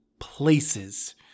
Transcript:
places